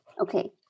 Okay